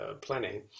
planning